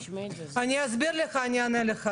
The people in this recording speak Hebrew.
אני אענה לך.